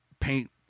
paint